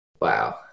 Wow